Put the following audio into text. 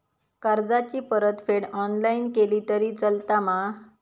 कर्जाची परतफेड ऑनलाइन केली तरी चलता मा?